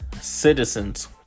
citizens